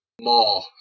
more